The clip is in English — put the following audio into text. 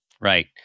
Right